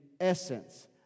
essence